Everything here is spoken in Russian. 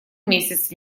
месяц